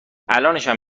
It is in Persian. الانشم